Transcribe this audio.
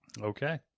Okay